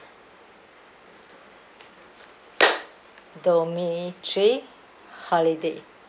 domain three holiday